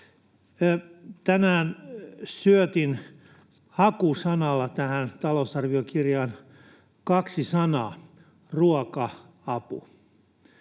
Tänään syötin hakusanalla tähän talousarviokirjaan kaksi sanaa: ”ruoka”, ”apu”.